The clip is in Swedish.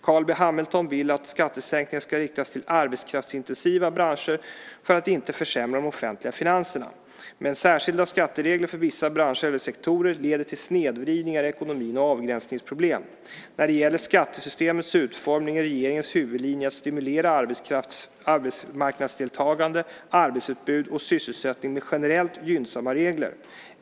Carl B Hamilton vill att skattesänkningar ska riktas till arbetskraftsintensiva branscher för att inte försämra de offentliga finanserna. Men särskilda skatteregler för vissa branscher eller sektorer leder till snedvridningar i ekonomin och avgränsningsproblem. När det gäller skattesystemets utformning är regeringens huvudlinje att stimulera arbetsmarknadsdeltagande, arbetsutbud och sysselsättning med generellt gynnsamma regler.